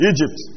Egypt